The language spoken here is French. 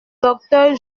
docteur